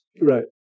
Right